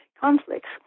conflicts